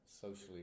socially